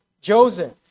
Joseph